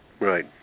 Right